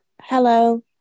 Hello